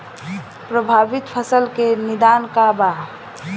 प्रभावित फसल के निदान का बा?